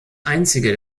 einzige